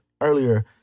earlier